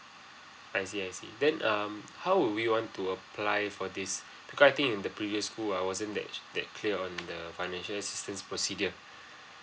I see I see then um how would we want to apply for this because I think in the previous school I wasn't that that clear on the financial assistance procedure